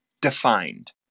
defined